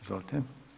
Izvolite.